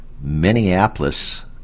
Minneapolis